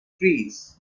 trees